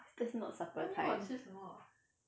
that's not supper time